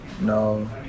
no